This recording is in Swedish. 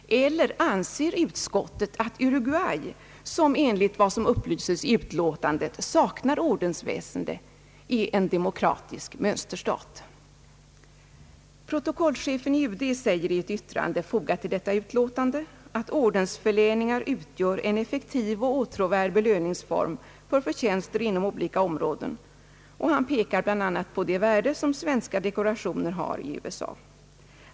Eller anser utskottet att Uruguay, som enligt vad som upplyses i utlåtandet saknar ordensväsende, är en demokratisk mönsterstat? Protokollchefen i UD säger i ett yttrande, fogat till detta utlåtande, att ordensförläningar utgör en effektiv och åtråvärd belöningsform för förtjänster inom olika områden, och han pekar bl.a. på det värde som svenska dekorationer har i USA.